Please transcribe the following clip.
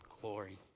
glory